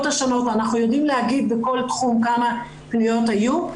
השונות ואנחנו יודעים להגיד בכל תחום כמה פניות היו,